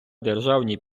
державній